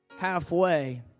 halfway